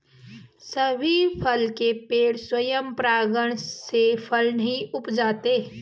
सभी फल के पेड़ स्वयं परागण से फल नहीं उपजाते